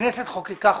הכנסת חוקקה חוק.